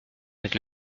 avec